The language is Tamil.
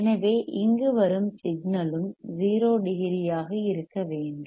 எனவே இங்கு வரும் சிக்னலும் 0 டிகிரியாக இருக்க வேண்டும்